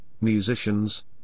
musicians